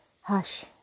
Hush